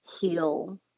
heal